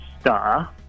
star